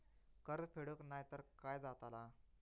कर्ज फेडूक नाय तर काय जाताला?